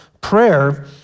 prayer